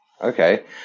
Okay